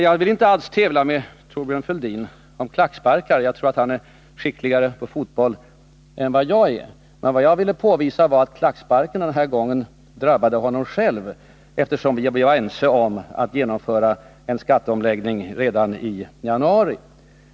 Jag vill inte alls tävla med Thorbjörn Fälldin om klacksparkar — jag tror att han är skickligare i fotboll än jag — men vad jag ville påvisa var att klacksparken den här gången drabbade honom själv, eftersom vi var ense om att genomföra en skatteomläggning redan i februari.